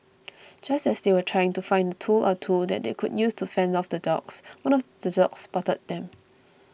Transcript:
just as they were trying to find a tool or two that they could use to fend off the dogs one of the dogs spotted them